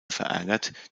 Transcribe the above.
verärgert